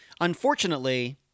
Unfortunately